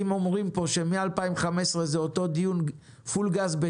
אם בנק דיסקונט ידע להקים חברת-בת לכספומטים פרטיים,